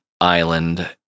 island